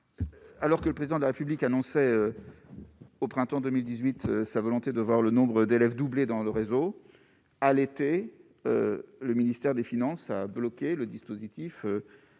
Alors que le président de la République annonçait au printemps 2018, sa volonté de voir le nombre d'élèves doublé dans le réseau à l'été, le ministère des Finances a bloqué le dispositif